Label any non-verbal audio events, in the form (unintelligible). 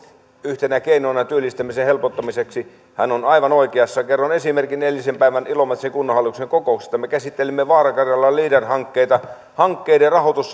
yhtenä keinona työllistämisen helpottamiseksi hän on aivan oikeassa kerron esimerkin eiliseltä päivältä ilomantsin kunnanhallituksen kokouksesta me käsittelimme vaara karjalan leader hankkeita hankkeiden rahoitus (unintelligible)